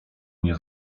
nie